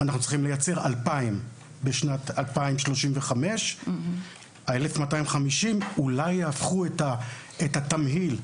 אנחנו צריכים לייצר 2,000 בשנת 2035. ה-1,250 אולי יהפכו את התמהיל.